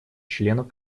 членов